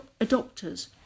adopters